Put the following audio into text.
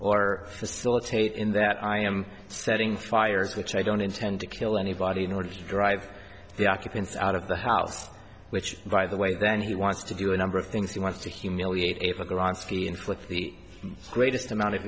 or facilitate in that i am setting fires which i don't intend to kill anybody in order to drive the occupants out of the house which by the way then he wants to do a number of things he wants to humiliate a garage inflict the greatest amount of